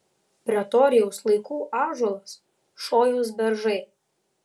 pretorijaus laikų ąžuolas šojaus beržai